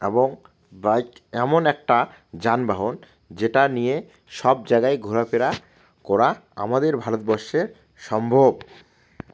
এবং বাইক এমন একটা যানবাহন যেটা নিয়ে সব জায়গায় ঘোরাফেরা করা আমাদের ভারতবর্ষের সম্ভব